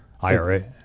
IRA